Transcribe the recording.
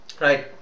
right